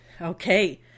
okay